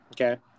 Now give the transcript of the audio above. okay